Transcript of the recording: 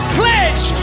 pledge